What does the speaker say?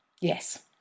Yes